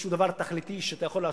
איזשהו דבר תכליתי שאתה יכול לעשות.